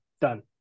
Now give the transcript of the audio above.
Done